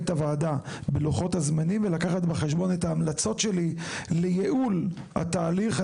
את הוועדה בלוחות הזמנים ולקחת בחשבון את ההמלצות שלי לייעול התהליך.